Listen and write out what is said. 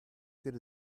good